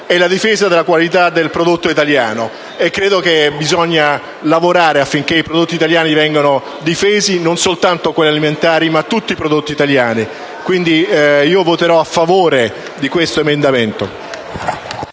la difesa della qualità del prodotto italiano. Credo occorra lavorare affinché i prodotti italiani vengano difesi, non soltanto quelli alimentari, ma tutti. Voterò quindi a favore di questo emendamento.